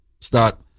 start